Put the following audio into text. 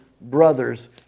brothers